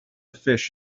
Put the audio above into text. fish